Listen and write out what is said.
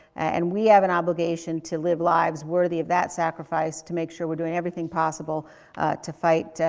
and we have an obligation to live lives worthy of that sacrifice to make sure we're doing everything possible to fight,